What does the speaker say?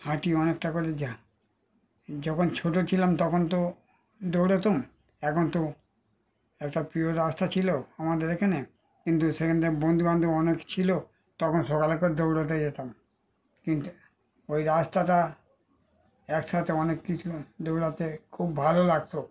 হাঁটি অনেকটা করে যা যখন ছোট ছিলাম তখন তো দৌড়োতাম এখন তো একটা প্রিয় রাস্তা ছিল আমাদের এখানে কিন্তু সেখান থেকে বন্ধুবান্ধব অনেক ছিল তখন সকালে করে দৌড়াতে যেতাম কিন্তু ওই রাস্তাটা একসাথে অনেক কিছু দৌড়াতে খুব ভালো লাগত